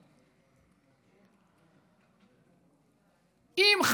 אם,